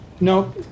No